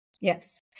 yes